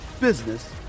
business